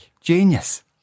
Genius